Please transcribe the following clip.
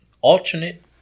alternate